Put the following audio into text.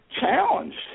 challenged